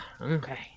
okay